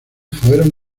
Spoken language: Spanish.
fueron